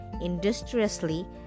industriously